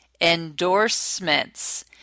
endorsements